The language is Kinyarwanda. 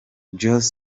joss